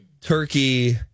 turkey